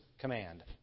command